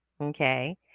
Okay